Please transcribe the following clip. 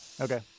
okay